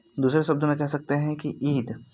दूसरे शब्दों में कह सकते हैं कि ईद